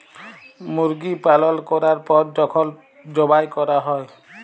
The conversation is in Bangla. মুরগি পালল ক্যরার পর যখল যবাই ক্যরা হ্যয়